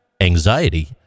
anxiety